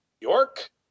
York